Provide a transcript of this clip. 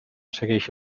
segueixi